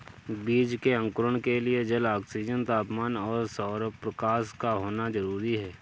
बीज के अंकुरण के लिए जल, ऑक्सीजन, तापमान और सौरप्रकाश का होना जरूरी है